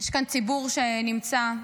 גם אגיד, יש ציבור שנמצא כאן.